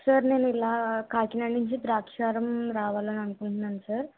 sir నేనిలా కాకినాడ నుంచి ద్రాక్షారామం రావాలని అనుకుంటున్నాను సార్